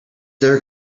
their